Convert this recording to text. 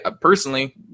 personally